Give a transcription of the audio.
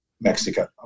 Mexico